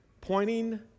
Pointing